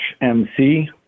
MC